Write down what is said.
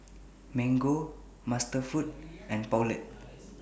Mango MasterFoods and Poulet